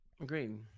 Agreed